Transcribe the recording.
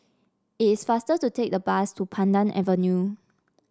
it is faster to take the bus to Pandan Avenue